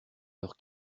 leurs